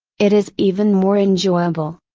it is even more enjoyable.